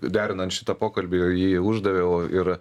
derinant šitą pokalbį jį uždaviau ir